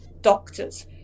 doctors